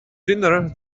dinner